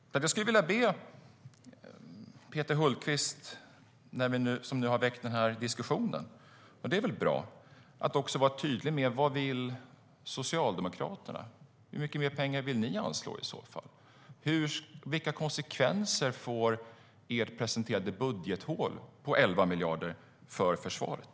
Jag skulle därför vilja be Peter Hultqvist som har väckt denna diskussion, vilket är bra, att också vara tydlig med vad Socialdemokraterna vill. Hur mycket mer pengar vill ni anslå? Vilka konsekvenser får ert presenterade budgethål på 11 miljarder för försvaret?